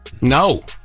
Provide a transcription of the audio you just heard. No